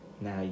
Now